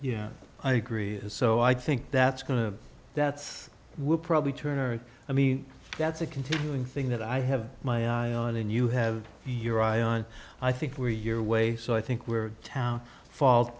yeah i agree so i think that's going to that will probably turn or i mean that's a continuing thing that i have my eye on and you have your eye on i think where your way so i think we're town fault